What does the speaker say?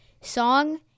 song